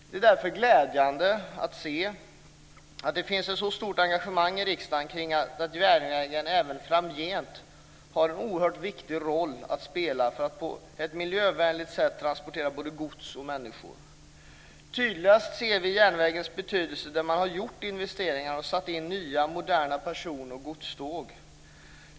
Det är därför glädjande att se att det finns ett så stort engagemang i riksdagen när det gäller att järnvägen även framgent ska ha en oerhört viktig roll att spela för att på ett miljövänligt sätt transportera både gods och människor. Tydligast ser vi järnvägens betydelse där man har gjort investeringar och satt in nya moderna personoch godståg.